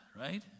right